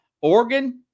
Oregon